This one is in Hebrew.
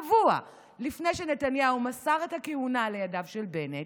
שבוע לפני שנתניהו מסר את הכהונה לידיו של בנט